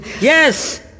Yes